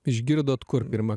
išgirdot kur pirmą